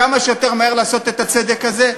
כמה שיותר מהר לעשות את הצדק הזה.